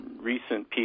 recent